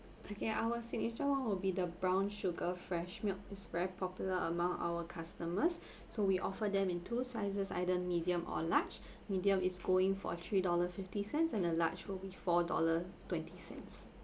okay our signature [one] will be the brown sugar fresh milk is very popular among our customers so we offer them in two sizes either medium or large medium is going for three dollar fifty cents and the large will be four dollar twenty cents